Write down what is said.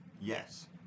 Yes